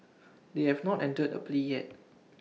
they have not entered A plea yet